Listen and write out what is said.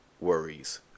worries